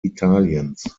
italiens